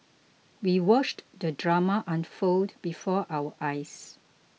we watched the drama unfold before our eyes